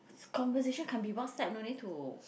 conversation can be WhatsApp no need to